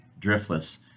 Driftless